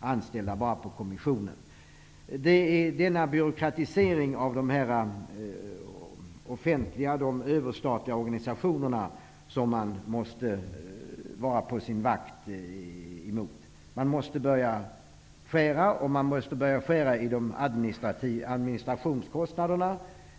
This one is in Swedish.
anställda bara på kommissionen. Det är denna byråkratisering av de överstatliga organisationerna som man måste vara på sin vakt mot. Man måste börja skära i administrationskostnaderna.